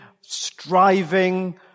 striving